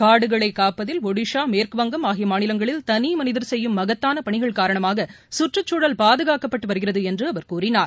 காடுகளைகாப்பதில் ஒடிசா ஆகியமாநிலங்களில் தனிமனிதர் செய்யும் மகத்தானபணிகள் காரணமாககற்றுச்சூழல் பாதுகாக்கப்பட்டுவருகின்றதுஎன்றுஅவர் கூறினார்